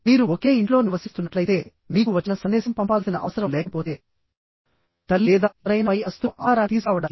మీరు ఒకే ఇంట్లో నివసిస్తున్నట్లయితే మీకు వచన సందేశం పంపాల్సిన అవసరం లేకపోతే తల్లి లేదా ఎవరైనా పై అంతస్తులో ఆహారాన్ని తీసుకురావడానికి